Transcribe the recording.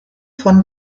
von